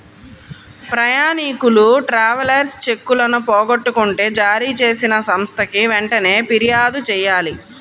ప్రయాణీకులు ట్రావెలర్స్ చెక్కులను పోగొట్టుకుంటే జారీచేసిన సంస్థకి వెంటనే పిర్యాదు చెయ్యాలి